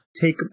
take